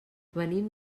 venim